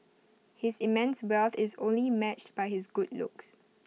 his immense wealth is only matched by his good looks